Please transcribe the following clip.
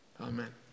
amen